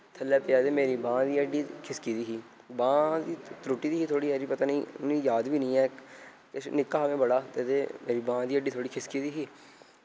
थल्ले पेआ ते मेरी बांह् दी हड्डी खिसकी दी ही बांह् त्रुट्टी दी ही थोह्ड़ी हारी पता निं हून एह् याद बी निं ऐ किश निक्का हा में बड़ा ते मेरी बांह् दी हड्डी थोह्ड़ी खिसकी दी ही